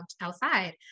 outside